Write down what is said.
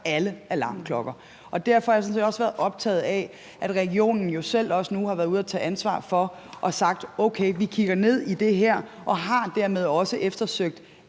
alle alarmklokker. Derfor har jeg sådan set også været optaget af, at regionen nu også selv har været ude at tage et ansvar og sagt: Okay, vi kigger ned i det her. Dermed har de også undersøgt,